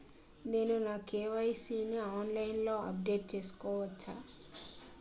నేను నా కే.వై.సీ ని ఆన్లైన్ లో అప్డేట్ చేసుకోవచ్చా?